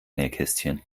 nähkästchen